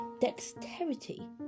Dexterity